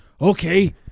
Okay